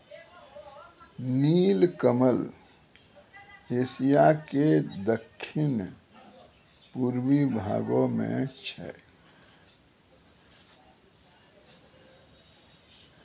नीलकमल एशिया के दक्खिन पूर्वी भागो मे छै